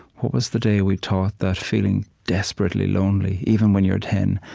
what was the day we taught that feeling desperately lonely, even when you're ten,